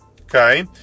okay